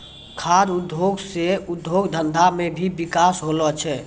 खाद्य उद्योग से उद्योग धंधा मे भी बिकास होलो छै